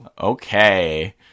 Okay